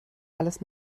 alles